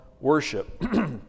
worship